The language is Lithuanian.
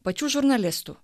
pačių žurnalistų